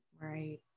Right